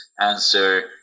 answer